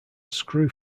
screw